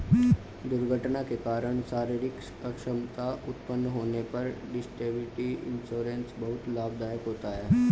दुर्घटना के कारण शारीरिक अक्षमता उत्पन्न होने पर डिसेबिलिटी इंश्योरेंस बहुत लाभदायक होता है